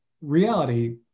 reality